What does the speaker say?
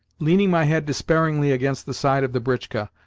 leaning my head despairingly against the side of the britchka,